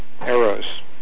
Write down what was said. arrows